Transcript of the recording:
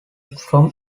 from